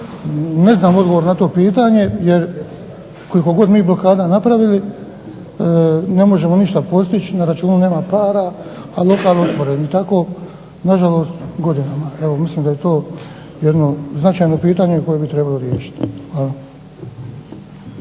ne znam odgovor na to pitanje jer koliko god mi blokada napravili ne možemo ništa postići. Na računu nema para, a lokal otvoren. I tako nažalost godinama. Evo, mislim da je to jedno značajno pitanje koje bi trebalo riješiti. Hvala.